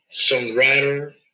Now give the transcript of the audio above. songwriter